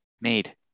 Made